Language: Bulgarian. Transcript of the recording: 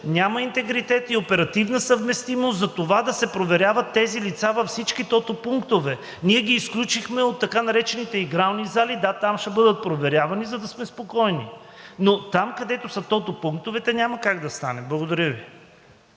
няма интегритет и оперативна съвместимост да се проверяват тези лица във всички тото пунктове. Ние ги изключихме от така наречените игрални зали. Да, там ще бъдат проверявани, за да сме спокойни, но там, където са тото пунктовете, няма как да стане. Благодаря Ви.